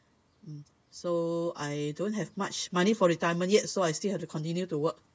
so I don't have much money for retirement yet so I still have to continue to work